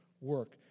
work